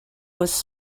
was